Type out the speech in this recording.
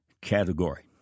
category